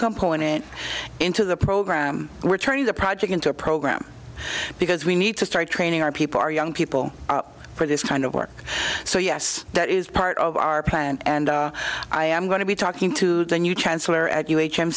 component into the program we're turning the project into a program because we need to start training our people our young people for this kind of work so yes that is part of our plan and i am going to be talking to the new chancellor at u h m